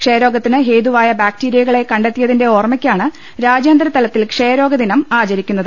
ക്ഷയരോഗ ത്തിന് ഹേതുവായ ബാക്ടീരിയകളെ കണ്ടെത്തിയതിന്റെ ഓർമ്മക്കാണ് രാജ്യാന്തരതലത്തിൽ ക്ഷയരോഗ ദ്വിനം ആചരിക്കുന്നത്